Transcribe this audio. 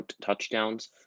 touchdowns